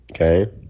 Okay